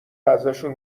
ازشون